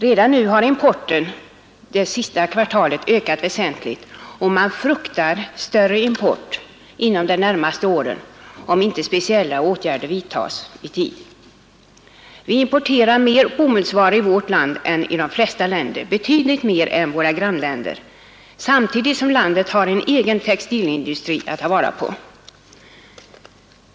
Redan nu har importen det senaste kvartalet ökat väsentligt, och man fruktar större import inom de närmaste åren, om inte speciella åtgärder vidtas i tid. Vi importerar mer bomullsvaror än de flesta länder — betydligt mer än våra grannländer — samtidigt som landet har en egen textilindustri att ta vara på.